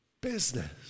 business